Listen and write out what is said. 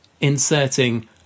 inserting